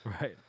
right